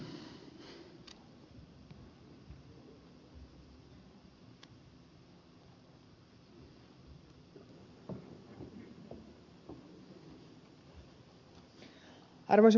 arvoisa puhemies